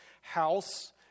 house